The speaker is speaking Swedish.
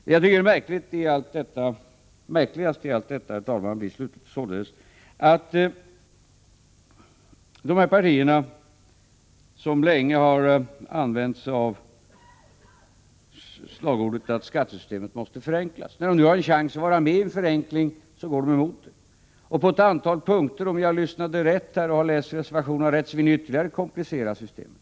Det märkligaste i allt detta, herr talman, blir således att de här partierna, som länge har använt sig av slagordet att skattesystemet måste förenklas, när de nu har chans att vara med på en förenkling går emot det som föreslås. På ett antal punkter vill ni, om jag nu har hört rätt och läst reservationerna rätt, ytterligare komplicera systemet.